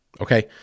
okay